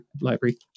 library